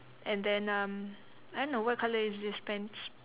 and then um I don't know what colour is this pants